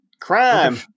Crime